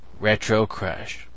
retrocrush